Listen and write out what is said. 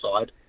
side